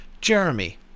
Jeremy